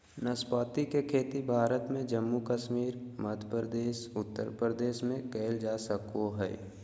नाशपाती के खेती भारत में जम्मू कश्मीर, मध्य प्रदेश, उत्तर प्रदेश में कइल जा सको हइ